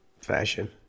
fashion